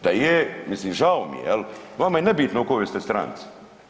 Da je, mislim žao mi je jel, vama je nebitno u kojoj ste stranci.